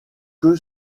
que